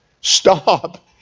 stop